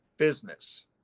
business